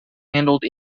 handled